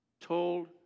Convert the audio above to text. told